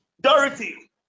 Dorothy